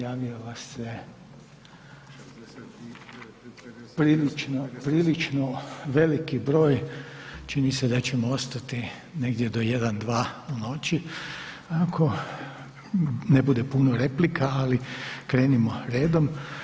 Javilo vas se prilično veliki broj, čini se da ćemo ostati negdje do jedan, dva u noći ako ne bude puno replika, ali krenimo redom.